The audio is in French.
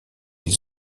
ils